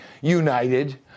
united